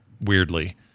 Weirdly